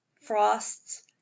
Frosts